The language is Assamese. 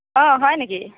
অঁ হয় নেকি